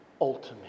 ultimate